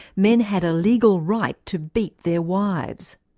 men had a legal right to beat their wives.